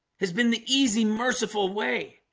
has been the easy merciful way